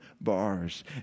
bars